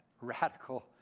radical